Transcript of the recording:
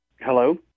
Hello